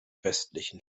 westlichen